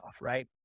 right